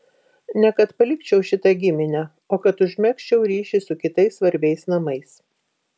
ne kad palikčiau šitą giminę o kad užmegzčiau ryšį su kitais svarbiais namais